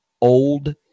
old